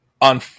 on